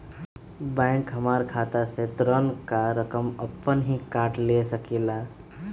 Bank हमार खाता से ऋण का रकम अपन हीं काट ले सकेला?